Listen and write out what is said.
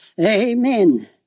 Amen